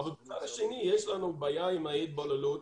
אבל מצד שני יש לנו בעיה עם ההתבוללות.